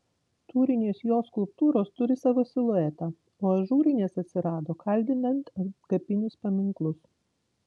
tūrinės jo skulptūros turi savo siluetą o ažūrinės atsirado kaldinant antkapinius paminklus